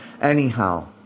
Anyhow